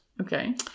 Okay